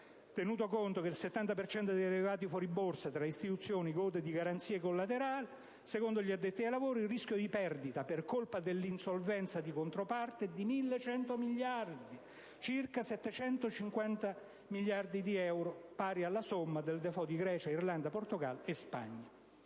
Tenuto conto che il 70 per cento dei derivati fuoriborsa tra istituzioni gode di garanzie collaterali, secondo gli addetti ai lavori, il rischio di perdita per colpa dell'insolvenza della controparte è di 1.100 miliardi di dollari, circa 750 miliardi di euro: pari alla somma del *default* di Grecia, Irlanda, Portogallo e Spagna.